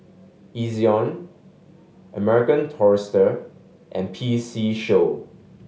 Ezion American Tourister and P C Show